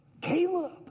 Caleb